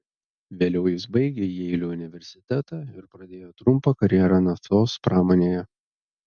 vėliau jis baigė jeilio universitetą ir pradėjo trumpą karjerą naftos pramonėje